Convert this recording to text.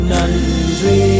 Nandri